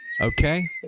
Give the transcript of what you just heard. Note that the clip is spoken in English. okay